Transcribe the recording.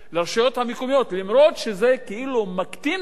אף שזה כאילו מקטין להן את ההכנסה.